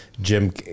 Jim